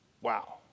Wow